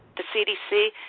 the cdc,